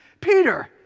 Peter